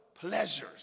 Pleasures